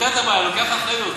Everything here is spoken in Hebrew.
יושב טיבי, למה אתה מסית?